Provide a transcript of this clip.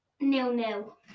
Nil-nil